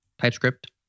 TypeScript